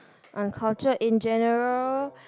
uncultured in general